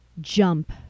jump